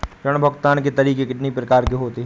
ऋण भुगतान के तरीके कितनी प्रकार के होते हैं?